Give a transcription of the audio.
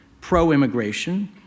pro-immigration